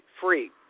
free